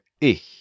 ich